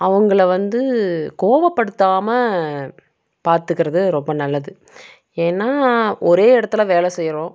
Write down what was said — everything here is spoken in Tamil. அவங்களை வந்து கோவப்படுத்தாமல் பார்த்துக்கிறது ரொம்ப நல்லது ஏன்னா ஒரே இடத்துல வேலை செய்யுறோம்